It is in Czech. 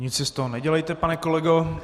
Nic si z toho nedělejte, pane kolego.